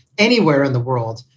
anywhere in the world.